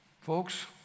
Folks